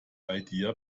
idea